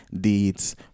deeds